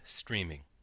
streaming